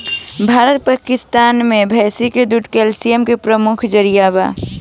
भारत पकिस्तान मे भैंस के दूध कैल्सिअम के प्रमुख जरिआ बा